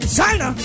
China